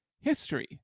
history